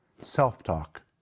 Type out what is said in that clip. self-talk